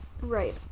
Right